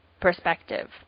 perspective